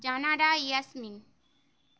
Janara Yasmin